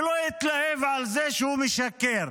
שלא יתלהב מזה שהוא משקר.